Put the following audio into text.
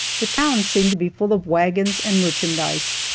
the town seemed to be full of wagons and merchandise,